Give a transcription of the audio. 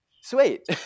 sweet